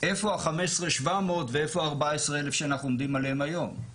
איפה ה-15,700 ואיפה ה-14,000 שאנחנו עומדים עליהם היום?